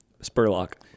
Spurlock